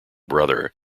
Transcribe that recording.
brother